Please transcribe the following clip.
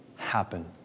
Happen